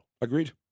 Agreed